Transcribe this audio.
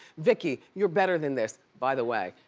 vicki, you're better than this. by the way,